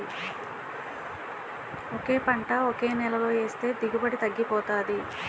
ఒకే పంట ఒకే నేలలో ఏస్తే దిగుబడి తగ్గిపోతాది